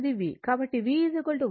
కాబట్టి V వాస్తవానికి ఇది Vm sin ω t